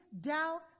doubt